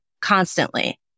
constantly